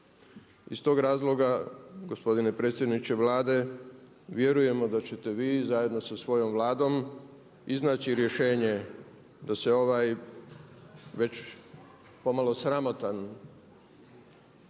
Iz tog razloga, gospodine predsjedniče Vlade, vjerujemo da ćete vi zajedno sa svojom Vladom iznaći rješenje da se ovaj već pomalo sramotan,